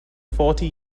forty